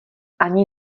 ani